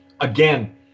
Again